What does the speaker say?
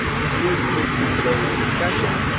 which leads me to today's discussion.